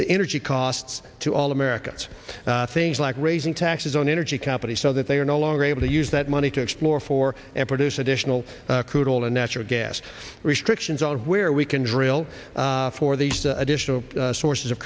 the energy costs to all americans things like raising taxes on energy companies so that they are no longer able to use that money to explore for and produce additional crude oil and natural gas restrictions on where we can drill for these additional sources of